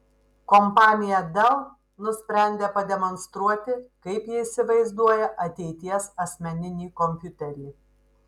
kompanija dell nusprendė pademonstruoti kaip ji įsivaizduoja ateities asmeninį kompiuterį